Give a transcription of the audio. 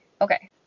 Okay